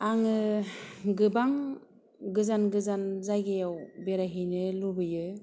आङो गोबां गोजान गोजान जायगायाव बेरायहैनो लुबैयो